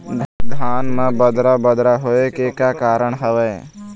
धान म बदरा बगरा होय के का कारण का हवए?